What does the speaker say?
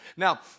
Now